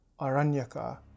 Aranyaka